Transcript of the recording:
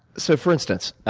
so for instance,